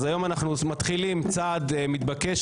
אז היום אנחנו מתחילים צעד מתבקש,